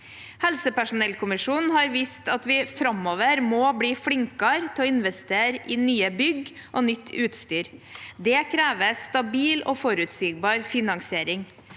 Helsepersonellkommisjonen har vist at vi framover må bli flinkere til å investere i nye bygg og nytt utstyr. Det krever stabil og forutsigbar finansiering.